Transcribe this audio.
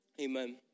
Amen